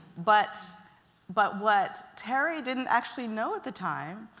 but but what terry didn't actually know, at the time,